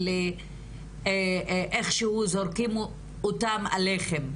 איכשהו זורקים אותם עליכם.